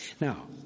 Now